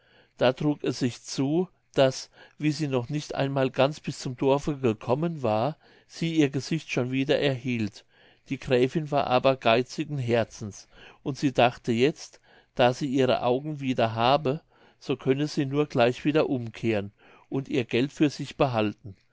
da trug es sich zu daß wie sie noch nicht einmal ganz bis zum dorfe gekommen war sie ihr gesicht schon wieder erhielt die gräfin war aber geizigen herzens und sie dachte jetzt da sie ihre augen wieder habe so könne sie nur gleich wieder umkehren und ihr geld für sich behalten